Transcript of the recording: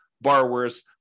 borrowers